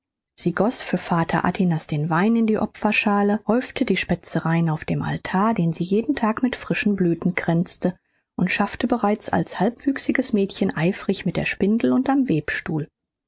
sie goß für vater atinas den wein in die opferschale häufte die spezereien auf dem altar den sie jeden tag mit frischen blüthen kränzte und schaffte bereits als halbwüchsiges mädchen eifrig mit der spindel und am webstuhl